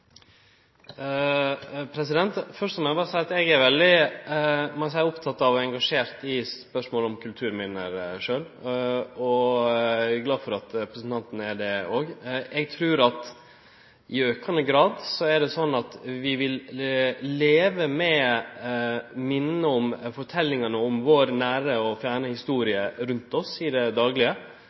veldig oppteken av og engasjert i spørsmål om kulturminne, og eg er glad for at representanten òg er det. Eg trur at vi i aukande grad vil leve med minne om forteljingane om vår nære og fjerne historie rundt oss i det daglege,